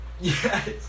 Yes